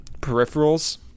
peripherals